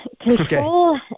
Control